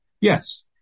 yes